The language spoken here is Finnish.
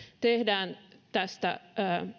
tehdään tästä